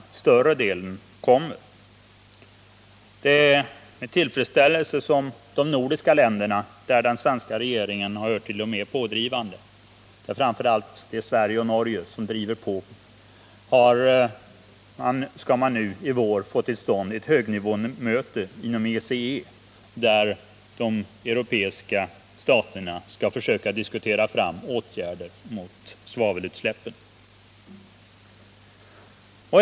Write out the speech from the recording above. Det är med tillfredsställelse som jag konstaterar att man i de nordiska länderna, där den svenska regeringen hör till de mer pådrivande — det är framför allt Sverige och Norge som driver på — får till stånd ett möte på hög nivå inom ECE nu i vår, vid vilket de europeiska staterna skall försöka diskutera fram åtgärder mot svavelutsläppen.